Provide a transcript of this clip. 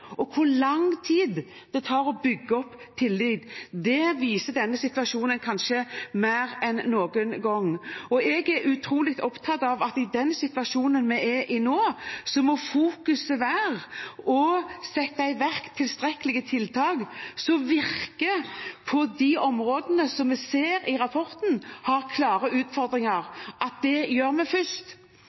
og hvor lang tid det tar å bygge opp tillit. Det viser denne situasjonen kanskje mer enn noen gang. Jeg er utrolig opptatt av i den situasjonen vi er i nå, at vi må fokusere på å iverksette tilstrekkelig med tiltak som virker, på de områdene som vi ser av rapporten har klare utfordringer, og dette må vi gjøre først.